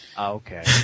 Okay